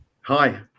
hi